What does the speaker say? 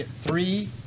three